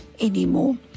anymore